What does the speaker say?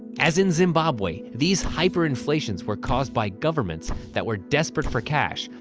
as in zimbabwe, these hyperinflations were caused by governments that were desperate for cash,